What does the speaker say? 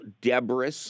debris